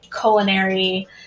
culinary